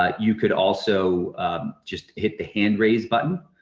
ah you could also just hit the hand raise button,